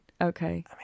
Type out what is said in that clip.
Okay